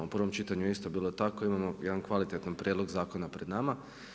U prvom čitanju je isto bilo tako, imamo jedan kvalitetan prijedlog zakona pred nama.